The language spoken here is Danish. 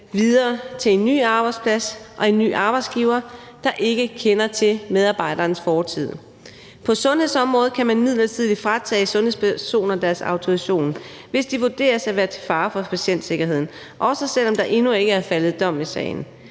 videre til en ny arbejdsplads og en ny arbejdsgiver, der ikke kender til medarbejderens fortid. På sundhedsområdet kan man midlertidigt fratage sundhedspersoner deres autorisation, hvis de vurderes at være til fare for patientsikkerheden, også selv om der endnu ikke er faldet dom i sagen.